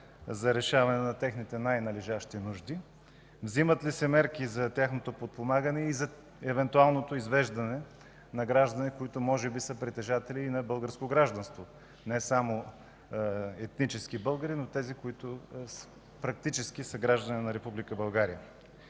за решаване на техните най-належащи нужди? Вземат ли се мерки за тяхното подпомагане и за евентуалното извеждане на граждани, които може би са притежатели и на българско гражданство – не само етнически българи, но и тези, които практически са граждани на Република